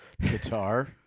Guitar